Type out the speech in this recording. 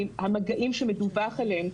המגעים שמדווח עליהם,